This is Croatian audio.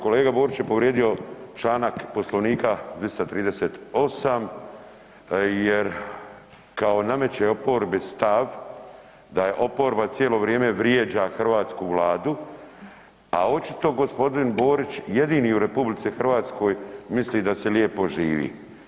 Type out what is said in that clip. Kolega Borić je povrijedio članak Poslovnika 238. jer kao nameće oporbi stav da je oporba cijelo vrijeme vrijeđa hrvatsku Vladu, a očito g. Borić jedini u RH misli da se lijepo živi.